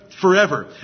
forever